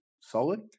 solid